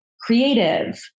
creative